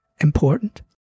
important